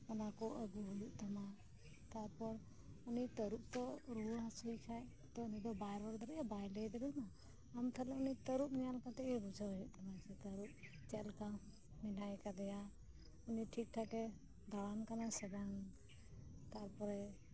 ᱚᱱᱟ ᱠᱚ ᱟᱜᱩ ᱦᱩᱭᱩᱜ ᱛᱟᱢᱟ ᱛᱟᱨ ᱯᱚᱨ ᱩᱱᱤ ᱛᱟᱹᱨᱩᱵ ᱛᱚ ᱨᱩᱣᱟᱹ ᱦᱟᱥᱩᱭᱮ ᱠᱷᱟᱡ ᱛᱚ ᱩᱱᱤ ᱫᱚ ᱵᱟᱭ ᱨᱚᱲ ᱫᱟᱲᱮᱭᱟᱜᱼᱟ ᱵᱟᱭ ᱞᱟᱹᱭ ᱫᱟᱲᱮᱭᱟᱢᱟ ᱟᱢ ᱛᱟᱦᱞᱮ ᱩᱱᱤ ᱛᱟᱹᱨᱩᱵ ᱧᱮᱞ ᱠᱟᱛᱮᱜ ᱜᱮ ᱵᱩᱡᱷᱟᱹᱣ ᱦᱩᱭᱩᱜ ᱛᱟᱢᱟ ᱩᱱᱤ ᱛᱟᱹᱨᱩᱵ ᱪᱮᱜ ᱞᱮᱠᱟ ᱢᱮᱱᱟᱭ ᱠᱟᱫᱮᱭᱟ ᱩᱱᱤ ᱴᱷᱤᱠ ᱴᱷᱟᱠᱮ ᱫᱟᱬᱟᱱ ᱠᱟᱱᱟ ᱥᱮ ᱵᱟᱝ ᱛᱟᱨ ᱯᱚᱨᱮ